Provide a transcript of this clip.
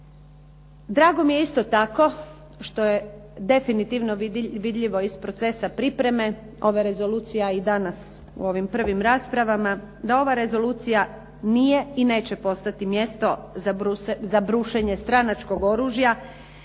Drago mi je isto tako što je definitivno vidljivo iz procesa pripreme ove rezolucije a i danas u ovim prvim raspravama da ova rezolucija nije i neće postati mjesto za brušenje stranačkog oružja